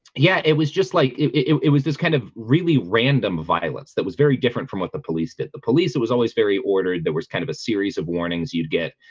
yeah, it was just like it it was this kind of really random violence that was very different from what the police did the police it was always very ordered there was kind of a series of warnings you'd get